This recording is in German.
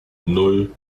nan